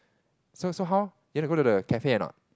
so so how you want to go to the cafe or not